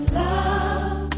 love